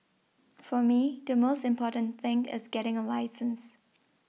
for me the most important thing is getting a license